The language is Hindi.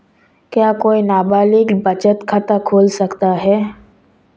क्या कोई नाबालिग बचत खाता खोल सकता है?